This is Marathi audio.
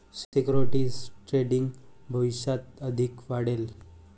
सिक्युरिटीज ट्रेडिंग भविष्यात अधिक वाढेल